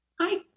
Hi